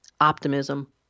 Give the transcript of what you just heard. optimism